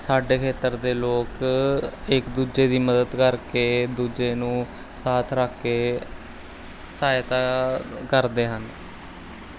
ਸਾਡੇ ਖੇਤਰ ਦੇ ਲੋਕ ਇੱਕ ਦੂਜੇ ਦੀ ਮਦਦ ਕਰਕੇ ਦੂਜੇ ਨੂੰ ਸਾਥ ਰੱਖ ਕੇ ਸਹਾਇਤਾ ਕਰਦੇ ਹਨ